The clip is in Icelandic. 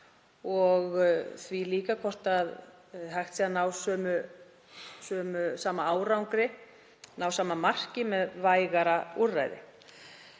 á því hvort hægt sé að ná sama árangri, ná sama marki, með vægara úrræði.